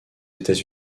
états